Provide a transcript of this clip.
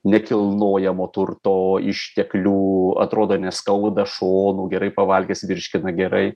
nekilnojamo turto išteklių atrodo neskauda šonų gerai pavalgęs virškina gerai